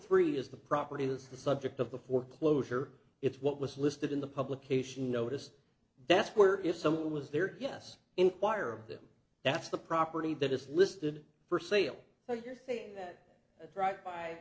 three is the property is the subject of the foreclosure it's what was listed in the publication notice that's where if someone was there yes inquire of them that's the property that is listed for sale so you're saying that that's right